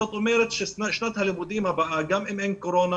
זאת אומרת ששנת הלימודים הבאה גם אם אין קורונה,